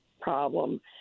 problem